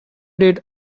did